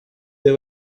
they